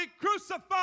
crucified